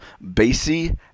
bassy